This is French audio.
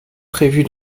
prévues